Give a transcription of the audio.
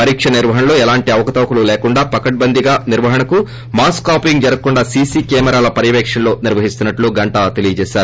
పరీక నిర్వహణలో ఎలాంటి అవకతవకలు లేకుండా పకడ్చందీగా సిర్వహణకు మాస్ కాపీయింగ్ జరగకుండా సీసీ కెమెరాల పర్యవేకణలో నిర్వహిస్తున్నట్లు గంటా తెలిపారు